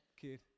kid